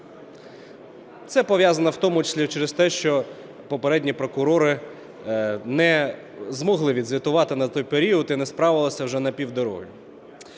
Це пов'язано, в тому числі, через те, що попередні прокурори не змогли відзвітувати на той період і не справилися вже на півдорозі.